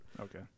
Okay